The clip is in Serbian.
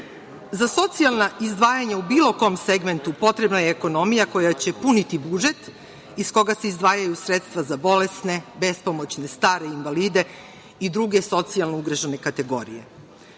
socijalna izdvajanja u bilo kom segmentu potrebna je ekonomija koja će puniti budžet iz koga se izdvajaju sredstva za bolesne, bespomoćne, stare, invalide i druge socijalno ugrožene kategorije.